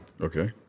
Okay